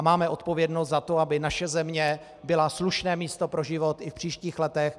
Máme odpovědnost za to, aby naše země byla slušné místo pro život i v příštích letech.